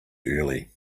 early